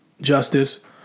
justice